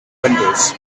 windows